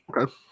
Okay